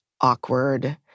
awkward